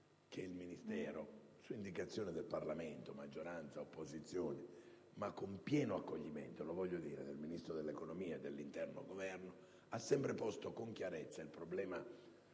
il Ministero, su indicazione del Parlamento (maggioranza e opposizioni) e con pieno accoglimento, lo voglio dire, del Ministro dell'economia e dell'intero Governo, ha sempre evidenziato con chiarezza l'esigenza